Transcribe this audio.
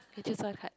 okay choose one card